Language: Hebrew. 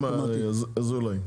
קדימה, אזולאי.